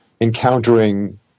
encountering